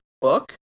book